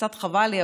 קצת חבל לי,